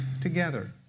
together